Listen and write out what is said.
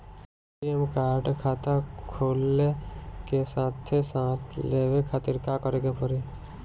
ATM card खाता खुले के साथे साथ लेवे खातिर का करे के पड़ी?